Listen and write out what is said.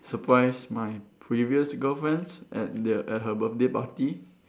surprise my previous girlfriends at the at her birthday party